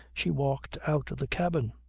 she walked out of the cabin.